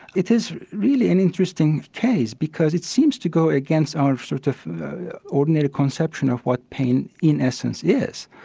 it is really an interesting case because it seems to go against our sort of ordinary conception of what pain in essence is.